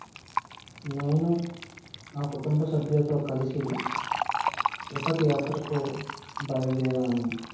నేను నా కుటుంబ సభ్యులతో కలిసి తిరుపతి యాత్రకు బయలుదేరాను